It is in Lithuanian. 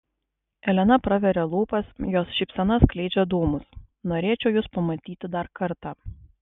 elena praveria lūpas jos šypsena skleidžia dūmus norėčiau jus pamatyti dar kartą